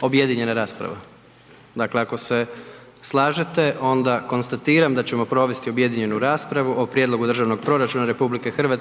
Objedinjena rasprava. dakle, ako se slažete onda konstatiram da ćemo provesti objedinjenu raspravu o Prijedlogu Državnog proračuna RH